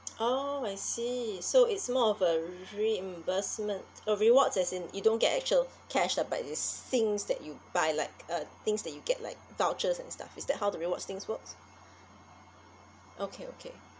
oh I see so it's more of a reimbursement a rewards as in you don't get actual cashback it's things that you buy like uh things that you get like vouchers and stuff is that how the rewards things works okay okay